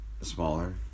smaller